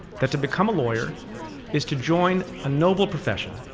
that to become a lawyer is to join a noble profession.